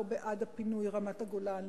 לא בעד פינוי רמת-הגולן,